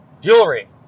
jewelry